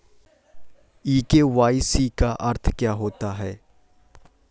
ई KYC का क्या अर्थ होता है?